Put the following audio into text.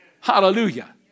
Hallelujah